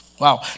wow